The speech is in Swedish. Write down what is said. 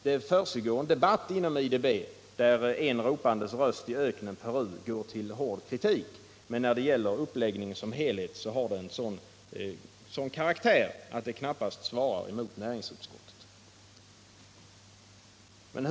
Det försiggår en debatt inom IDB där en ropandes röst i öknen — Peru — för fram hård kritik. Men när det gäller uppläggningen som helhet har den sådan karaktär att den knappast svarar mot näringsutskottets uttalande.